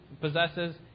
possesses